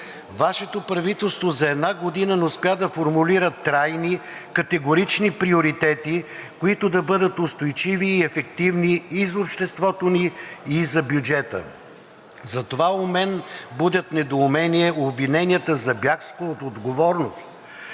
Вашето правителство за една година не успя да формулира трайни, категорични приоритети, които да бъдат устойчиви и ефективни и за обществото ни, и за бюджета, затова у мен будят недоумение обвиненията за бягство от отговорност.